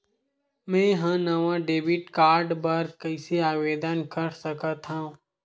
मेंहा नवा debit card बर कैसे आवेदन कर सकथव?